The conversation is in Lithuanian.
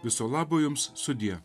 viso labo jums sudie